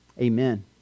Amen